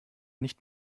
nicht